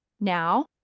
now